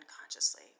unconsciously